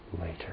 later